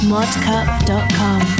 Modcup.com